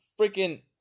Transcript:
freaking